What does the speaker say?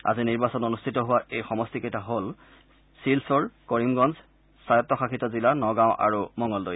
আজি নিৰ্বাচন অনুষ্ঠিত হোৱা এই সমষ্টি কেইটা হ'ল শিলচৰ কৰিমগঞ্জ স্বায়ত্ত শাসিত জিলা নগাঁও আৰু মঙলদৈ